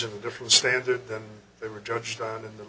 of a different standard than they were judged on in the